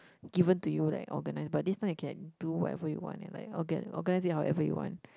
given to you like organise but this time you can do whatever you want and like all get organise it however you want